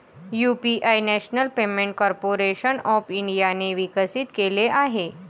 UPI National Payment Corporation of इंडियाने विकसित केले आहे